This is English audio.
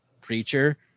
preacher